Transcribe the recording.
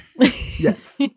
Yes